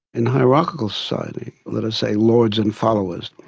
in hierarchical societies, let us say lords and followers,